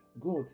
God